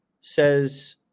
says